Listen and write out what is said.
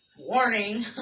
Warning